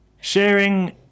sharing